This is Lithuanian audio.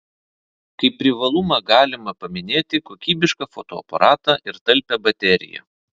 kaip privalumą galima paminėti kokybišką fotoaparatą ir talpią bateriją